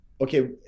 Okay